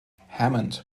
hammond